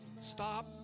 Stop